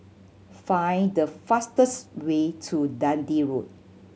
find the fastest way to Dundee Road